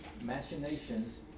machinations